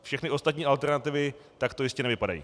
Všechny ostatní alternativy takto jistě nevypadají.